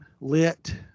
lit